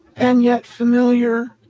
and yet familiar.